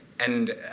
and